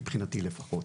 מבחינתי לפחות.